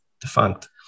defunct